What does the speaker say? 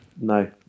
No